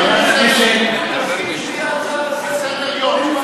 תסכים שתהיה הצעה לסדר-היום.